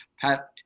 Pat